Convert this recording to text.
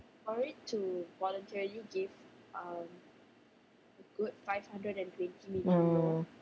mm